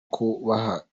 kubaha